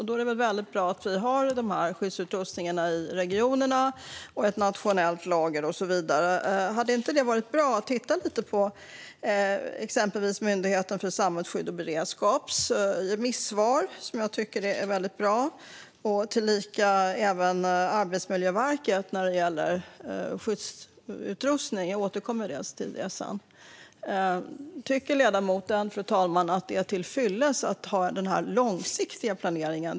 Då är det väldigt bra att vi har skyddsutrustningarna i regionerna, ett nationellt lager och så vidare. Hade inte det varit bra att titta lite på exempelvis Myndigheten för samhällsskydd och beredskaps remissvar, som jag tycker är väldigt bra? Det gäller även Arbetsmiljöverkets svar om skyddsutrustning. Jag återkommer senare till det. Fru talman! Tycker ledamoten att det är till fyllest att ha den långsiktiga planeringen?